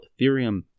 Ethereum